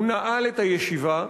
הוא נעל את הישיבה.